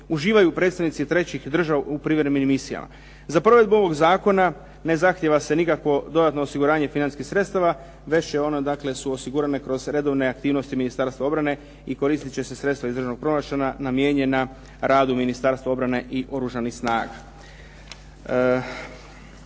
uživaju predstavnici trećih država u privremenim misijama. Za provedbu ovog zakona ne zahtijeva se nikakvo dodatno osiguranje financijskih sredstava već je one su osigurane kroz redovne aktivnosti Ministarstva obrane i koristiti će se sredstva iz državnog proračuna namijenjena radu Ministarstva obrane i Oružanih snaga.